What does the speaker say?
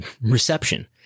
reception